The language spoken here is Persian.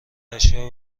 اشیاء